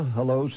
Hello